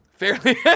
Fairly